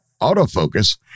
autofocus